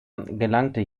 gelangte